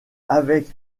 avec